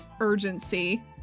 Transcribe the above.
urgency